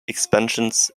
expansions